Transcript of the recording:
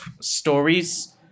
stories